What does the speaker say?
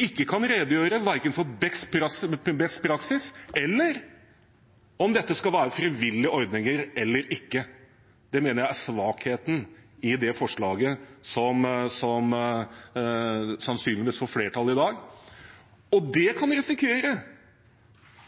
ikke kan redegjøre verken for beste praksis eller om dette skal være frivillige ordninger eller ikke. Det mener jeg er svakheten i det forslaget som sannsynligvis får flertall i dag. Da kan vi risikere